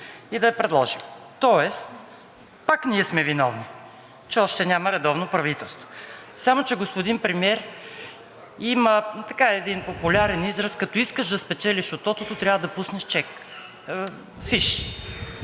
и да я предложи, тоест пак ние сме виновни, че още няма редовно правителство. Само че, господин Премиер, има един популярен израз: „Като искаш да спечелиш от тотото, трябва да пуснеш фиш.“